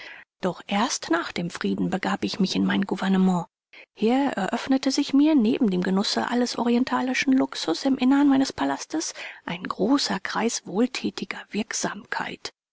doch erst nach dem frieden begab ich mich in mein gouvernement hier eröffnete sich mir neben dem genusse alles orientalischen luxus im innern meines palastes ein großer kreis wohltätiger wirksamkeit